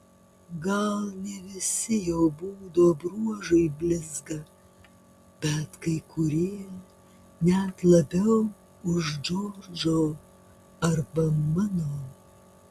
gal ne visi jo būdo bruožai blizga bet kai kurie net labiau už džordžo arba mano